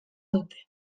dute